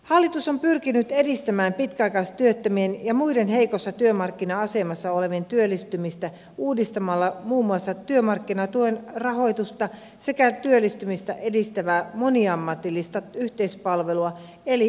hallitus on pyrkinyt edistämään pitkäaikaistyöttömien ja muiden heikossa työmarkkina asemassa olevien työllistymistä uudistamalla muun muassa työmarkkinatuen rahoitusta sekä työllistymistä edistävää moniammatillista yhteispalvelua eli typiä